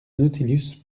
nautilus